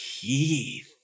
Keith